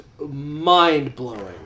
mind-blowing